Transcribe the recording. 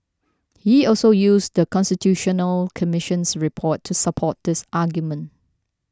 he also used The Constitutional Commission's report to support this argument